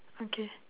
okay